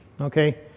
Okay